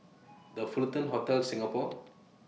The Fullerton Hotel Singapore